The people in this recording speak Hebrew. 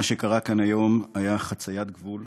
מה שקרה כאן היום היה חציית גבול,